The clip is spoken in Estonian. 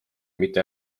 mitte